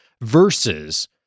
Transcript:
versus